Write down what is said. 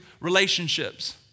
relationships